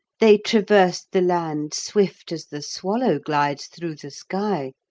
they traversed the land swift as the swallow glides through the sky,